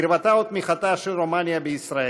קרבתה ותמיכתה של רומניה בישראל.